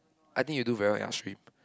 I think you do very well in art stream